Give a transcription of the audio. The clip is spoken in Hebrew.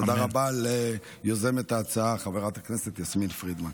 תודה רבה ליוזמת ההצעה חברת הכנסת יסמין פרידמן.